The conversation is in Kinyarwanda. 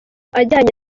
ajyanye